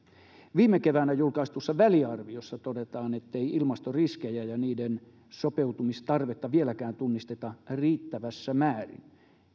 viime keväänä julkaistussa väliarviossa todetaan ettei ilmastoriskejä ja sopeutumistarvetta vieläkään tunnisteta riittävässä määrin